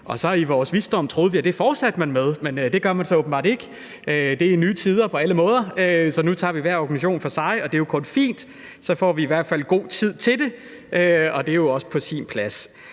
troede i vores visdom, at det fortsatte man med, men det gør man så åbenbart ikke. Det er nye tider på alle måder. Nu tager vi hver organisation for sig, og det er jo kun fint – så får vi i hvert fald god tid til det, og det er jo også på sin plads.